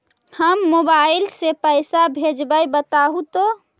हम मोबाईल से पईसा भेजबई बताहु तो?